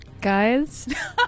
Guys